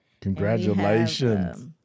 Congratulations